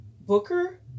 Booker